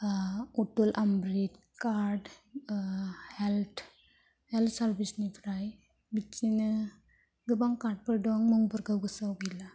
Atal Amrit card health service निफ्राय बिदिनो गोबां कार्ड फोर दं मुंफोरखौ गोसोआव गैला